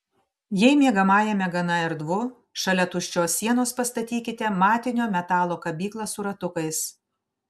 jei miegamajame gana erdvu šalia tuščios sienos pastatykite matinio metalo kabyklą su ratukais